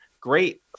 great